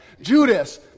Judas